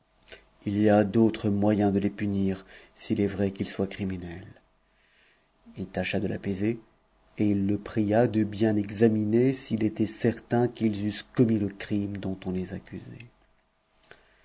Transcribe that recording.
u y a d'autres moyens de les punir s'il est vrai qu'il soit criminel il tâcha de l'apaiser et il le pria de bien examiner s'il était certain qu'jl eussent commis le crime dont on les accusait